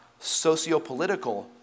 sociopolitical